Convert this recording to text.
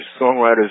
Songwriters